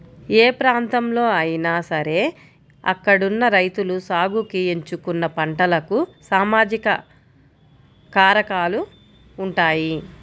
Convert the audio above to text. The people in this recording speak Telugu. ఏ ప్రాంతంలో అయినా సరే అక్కడున్న రైతులు సాగుకి ఎంచుకున్న పంటలకు సామాజిక కారకాలు ఉంటాయి